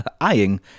Eyeing